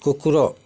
କୁକୁର